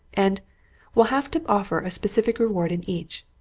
and we'll have to offer a specific reward in each.